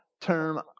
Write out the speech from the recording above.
term